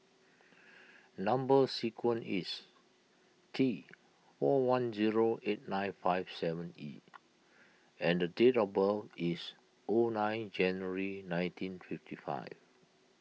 Number Sequence is T four one zero eight nine five seven E and date of birth is O nine January nineteen fifty five